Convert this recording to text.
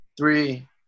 Three